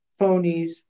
phonies